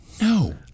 No